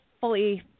fully